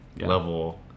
level